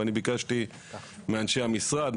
אבל אני ביקשתי מאנשי המשרד,